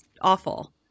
awful